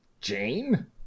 Jane